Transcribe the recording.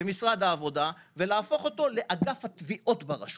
במשרד העבודה ולהפוך אותו לאגף התביעות ברשות.